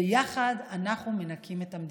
ויחד אנחנו מנקים את המדינה.